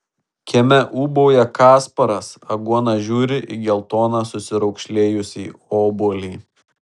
kieme ūbauja kasparas aguona žiūri į geltoną susiraukšlėjusį obuolį